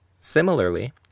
Similarly